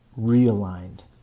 realigned